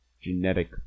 genetic